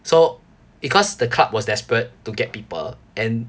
so because the club was desperate to get people and